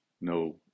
no